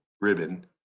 ribbon